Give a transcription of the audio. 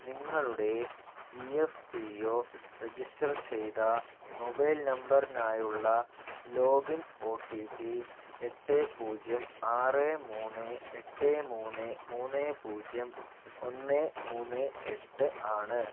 നിങ്ങളുടെ E F P O register ചെയ്ത mobile നമ്പറിനായുള്ള ലോഗിൻ ഒ ടി പി എട്ട് പൂജ്യം ആറ് മൂന്ന് എട്ട് മൂന്ന് മൂന്ന് പൂജ്യം ഒന്ന് മൂന്ന് എട്ട് ആണ്